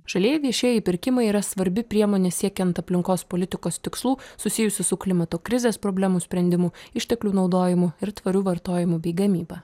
žalieji viešieji pirkimai yra svarbi priemonė siekiant aplinkos politikos tikslų susijusių su klimato krizės problemų sprendimu išteklių naudojimu ir tvariu vartojimu bei gamyba